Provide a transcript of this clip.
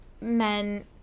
men